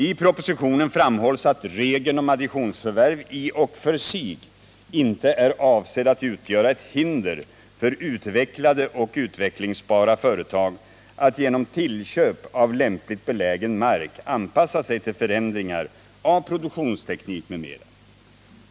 I propositionen framhålls att regeln om additionsförvärv i och för sig inte är avsedd att utgöra ett hinder för utvecklade och utvecklingsbara företag att genom tillköp av lämpligt belägen mark anpassa sig till förändringar av produktionsteknik m.m.